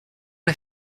una